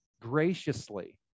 graciously